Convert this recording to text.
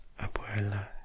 abuela